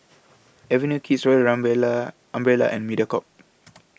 Avenue Kids Royal Umbrella Umbrella and Mediacorp